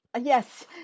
Yes